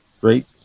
great